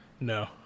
No